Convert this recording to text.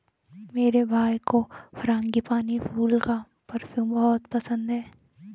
मेरे भाई को फ्रांगीपानी फूल का परफ्यूम बहुत पसंद है